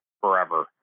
forever